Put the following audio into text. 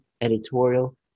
editorial